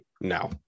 Now